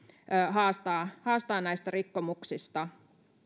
haastaa haastaa näistä rikkomuksista